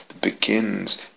begins